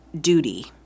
duty